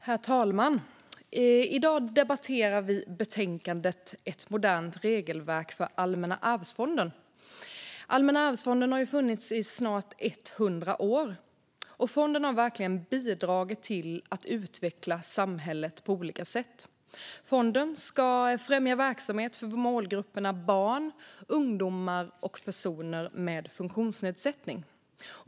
Herr talman! I dag debatterar vi betänkandet Ett modernt regelverk för Allmänna arvsfonden . Allmänna arvsfonden har funnits i snart 100 år. Fonden har verkligen bidragit till att utveckla samhället på olika sätt. Fonden ska främja verksamhet för målgrupperna barn, ungdomar och personer med funktionsnedsättning.